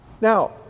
Now